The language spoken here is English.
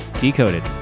decoded